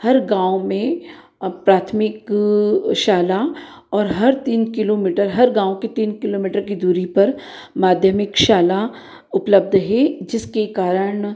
हर गाँव में अब प्राथमिक शाला और हर तीन किलोमीटर हर गाँव के तीन किलोमीटर की दूरी पर माध्यमिक शाला उपलब्ध है जिसके कारण